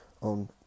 on